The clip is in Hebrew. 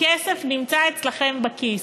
הכסף נמצא אצלכם בכיס.